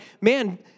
man